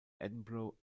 edinburgh